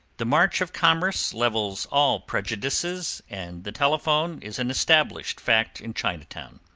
the march of commerce levels all prejudices, and the telephone is an established fact in chinatown.